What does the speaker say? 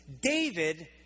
David